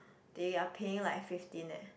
they are paying like fifteen eh